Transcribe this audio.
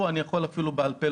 בעל-פה.